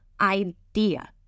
idea